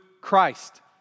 Christ